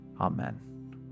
amen